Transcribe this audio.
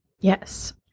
Yes